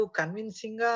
convincing